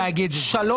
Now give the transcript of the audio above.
רכבים.